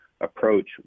approach